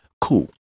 Cool